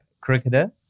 cricketer